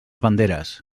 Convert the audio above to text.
banderes